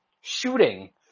shooting